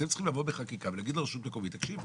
אתם צריכים לבוא בחקיקה ולהגיד לרשות המקומית: תקשיבו,